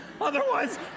otherwise